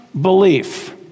belief